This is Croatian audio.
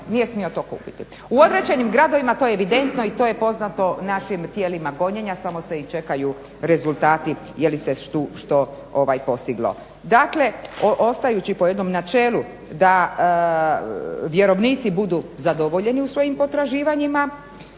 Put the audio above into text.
nije smio to kupiti. U određenim gradovima to je evidentno i to je poznato našim tijelima gonjenja samo se i čekaju rezultati jeli se tu što postiglo. Dakle ostajući po jednom načelu da vjerovnici budu zadovoljeni u svojim potraživanjima,